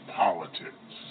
politics